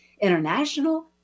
International